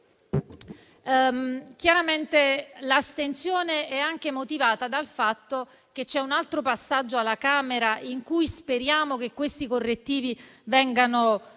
finestra. L'astensione è anche motivata dal fatto che c'è un altro passaggio alla Camera in cui speriamo che questi correttivi vengano